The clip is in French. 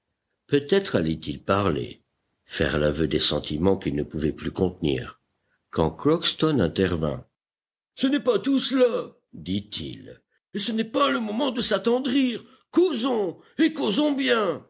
peut-être allait-il parler faire l'aveu des sentiments qu'il ne pouvait plus contenir quand crockston intervint ce n'est pas tout cela dit-il et ce n'est pas le moment de s'attendrir causons et causons bien